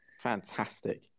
Fantastic